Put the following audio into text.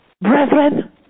Brethren